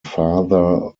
father